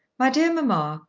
my dear mamma.